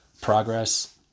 progress